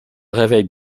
réveille